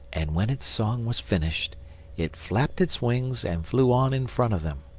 and when its song was finished it flapped its wings and flew on in front of them.